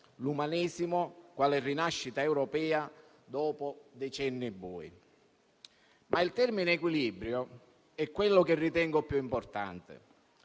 l'umanesimo quale rinascita europea dopo decenni bui. È però il termine «equilibrio» quello che ritengo più importante